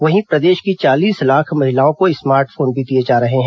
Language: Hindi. वहीं प्रदेश की चालीस लाख महिलाओं को स्मार्ट फोन भी दिए जा रहे हैं